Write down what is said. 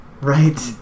Right